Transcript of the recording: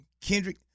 Kendrick